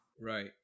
Right